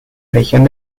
región